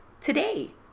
Today